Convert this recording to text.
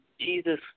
Jesus